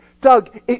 Doug